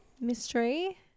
mystery